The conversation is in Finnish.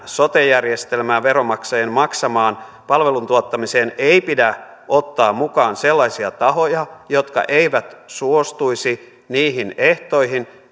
sote järjestelmään veronmaksajien maksamaan palveluntuottamiseen ei pidä ottaa mukaan sellaisia tahoja jotka eivät suostuisi niihin ehtoihin